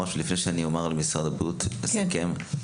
להעלות את המודעות לעשות בירור